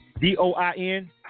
D-O-I-N